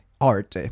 art